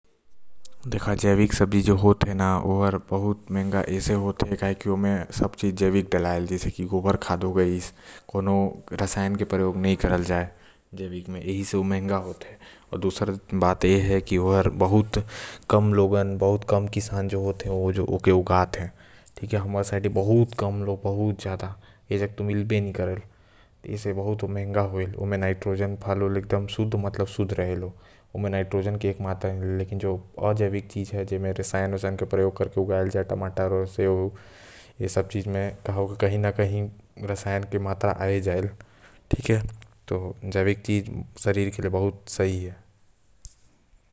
जैविक सब्जी जो होएल न त ओ महंगा रहीथे काबर की ओमा बहुत कम चीज डालते। जैसे गोबर खाद हो गाइस आऊ रासायनिक प्रकिया नो होएल यही से ओ महंगा मिलते आऊ बहुत कम किसान मन है जो जैविक सब्जी उगते।